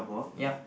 yup